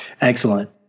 Excellent